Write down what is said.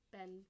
Ben